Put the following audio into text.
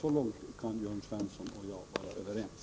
Så långt kan Jörn Svensson och jag vara överens.